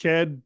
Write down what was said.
Ked